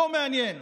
לא מעניין,